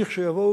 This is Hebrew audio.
לכשיבואו,